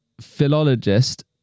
philologist